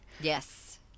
Yes